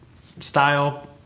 style